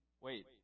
Wait